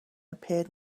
appeared